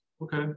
Okay